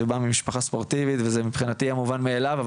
אני בא ממשפחה ספורטיבית וזה מבחינתי מובן מאליו,